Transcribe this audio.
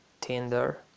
Tinder